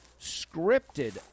scripted